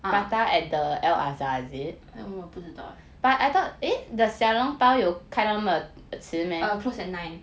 ah 我不知道 leh err close at nine